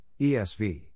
ESV